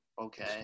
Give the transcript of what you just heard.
Okay